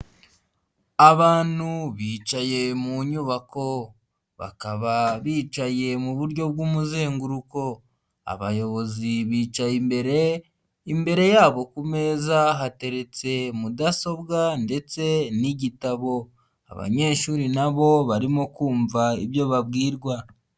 Abantu bicaye mu nyubako bakaba bicaye mu buryo bw'umuzenguruko, abayobozi bicaye imbere imbere yabo ku meza hateretse mudasobwa ndetse n'igitabo, abanyeshuri nabo barimo kumva ibyo babwirwa.